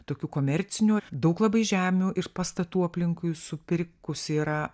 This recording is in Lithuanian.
tokiu komerciniu daug labai žemių ir pastatų aplinkui supirkusi yra